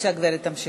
להכניס